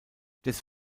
des